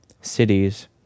cities